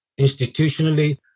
institutionally